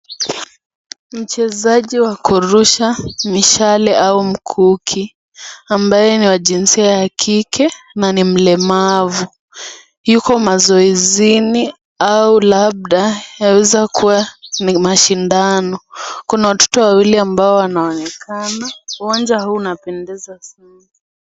Mchezaji wa kurusha mishale au mkuki ambaye ni wa jinsia ya kike na ni mlemavu yuko mazoezini au labda yaweza kuwa ni mashindano. Kuna watoto wawili ambao wanaonekana. Uwanja huu unapendeza sana.